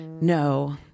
no